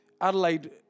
Adelaide